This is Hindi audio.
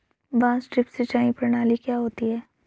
बांस ड्रिप सिंचाई प्रणाली क्या होती है?